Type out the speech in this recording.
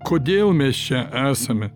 kodėl mes čia esame